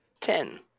Ten